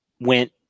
went